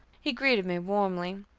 he greeted me warmly.